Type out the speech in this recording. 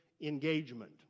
engagement